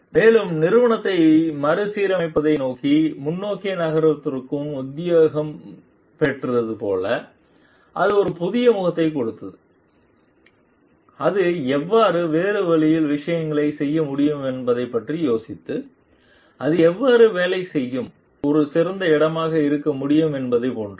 மேலும் நிறுவனத்தை மறுசீரமைப்பதை நோக்கி முன்னோக்கி நகர்த்துவதற்கு உத்வேகம் பெற்றது போல அது ஒரு புதிய முகத்தைக் கொடுத்து அது எவ்வாறு வேறு வழியில் விஷயங்களைச் செய்ய முடியும் என்பதைப் பற்றி யோசித்து அது எவ்வாறு வேலை செய்ய ஒரு சிறந்த இடமாக இருக்க முடியும் என்பதைப் போன்றது